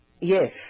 Yes